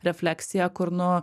refleksija kur nu